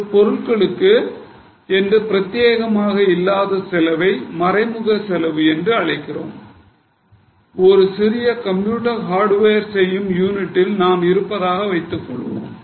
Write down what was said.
ஒரு பொருளுக்கு பிரத்தியேகமாக இல்லாத செலவை மறைக்கும் செலவு என்று அழைக்கிறோம் ஒரு சிறிய கம்ப்யூட்டர் ஹார்டுவேர் செய்யும் யூனிட்டில் நாம் இருப்பதாக நாங்கள் இருக்கிறோம்